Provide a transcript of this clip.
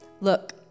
Look